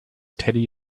teddy